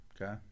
Okay